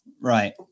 right